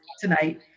tonight